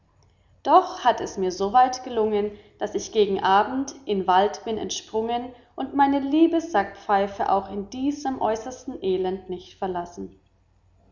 doch hat es mir so weit gelungen daß ich gegen abend in wald bin entsprungen und meine liebe sackpfeife auch in diesem äußersten elend nicht verlassen